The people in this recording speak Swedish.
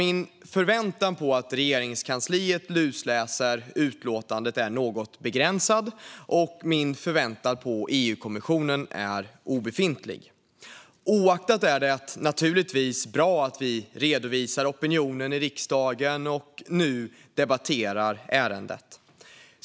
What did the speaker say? Min förväntan på att Regeringskansliet lusläser utlåtandet är något begränsad, och min förväntan på EU-kommissionen är obefintlig. Oaktat detta är det naturligtvis bra att vi redovisar opinionen i riksdagen och nu debatterar ärendet.